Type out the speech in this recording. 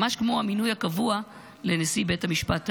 ממש כמו המינוי הקבוע לנשיא בית המשפט העליון.